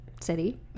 city